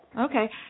Okay